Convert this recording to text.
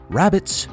rabbits